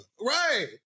Right